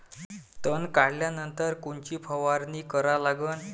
तन काढल्यानंतर कोनची फवारणी करा लागन?